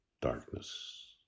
darkness